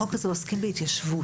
כל התמונה שרואה נציג החטיבה להתיישבות